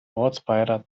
ortsbeirat